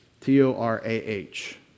T-O-R-A-H